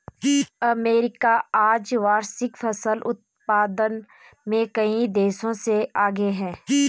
America आज वार्षिक फसल उत्पादन में कई देशों से आगे है